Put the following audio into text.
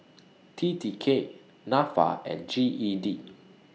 T T K Nafa and G E D